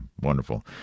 wonderful